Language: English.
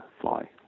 fly